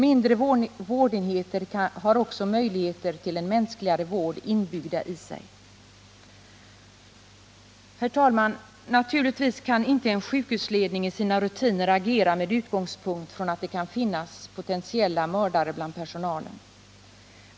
Mindre vårdenheter har också möjligheter till en mänskligare vård inbyggda i sig. Herr talman! Naturligtvis kan en sjukhusledning i sina rutiner inte agera med utgångspunkt i att det kan finnas potentiella mördare bland personalen.